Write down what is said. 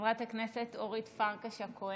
חברת הכנסת אורית פרקש הכהן,